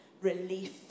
relief